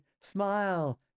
Smile